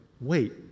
wait